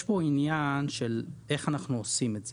יש כאן עניין של איך אנחנו עושים את זה.